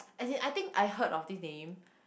as in I think I heard of this name